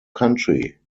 country